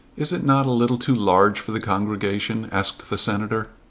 is it not a little too large for the congregation? asked the senator.